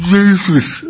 Jesus